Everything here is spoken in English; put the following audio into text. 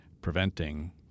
preventing